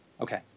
Okay